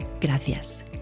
Gracias